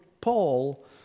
Paul